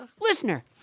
Listener